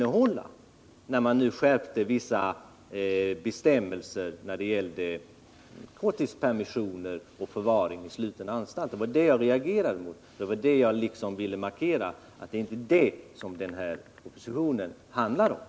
Enligt propositionen skärps vissa bestämmelser när det gäller korttidspermissioner och förvaring i sluten anstalt för ytterligare ett antal fångar. Det var det jag ville markera.